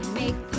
make